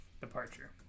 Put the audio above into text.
departure